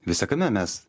visa kame mes